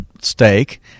steak